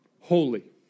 holy